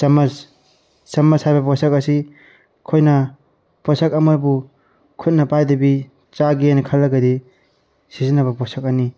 ꯆꯥꯃꯁ ꯆꯥꯃꯁ ꯍꯥꯏꯕ ꯄꯣꯠꯁꯛ ꯑꯁꯤ ꯑꯩꯈꯣꯏꯅ ꯄꯣꯠꯁꯛ ꯑꯃꯕꯨ ꯈꯨꯠꯅ ꯄꯥꯏꯗꯕꯤ ꯆꯥꯒꯦꯅ ꯈꯜꯂꯒꯗꯤ ꯁꯤꯖꯤꯟꯅꯕ ꯄꯣꯠꯁꯛꯅꯤ